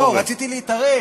לא, רציתי להתערב.